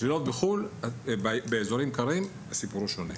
צלילות באזורים קרים בחו"ל הן סיפור שונה,